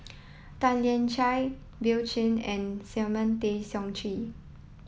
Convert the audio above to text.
Tan Lian Chye Bill Chen and Simon Tay Seong Chee